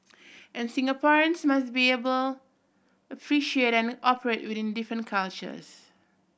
and Singaporeans must be able appreciate and operate within different cultures